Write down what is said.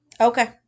Okay